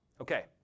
Okay